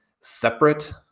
separate